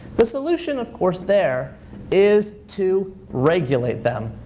the solution of course there is to regulate them,